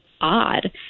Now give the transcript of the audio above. odd